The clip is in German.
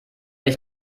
ich